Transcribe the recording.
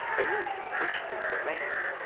a need which still remained.